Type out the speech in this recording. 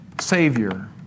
Savior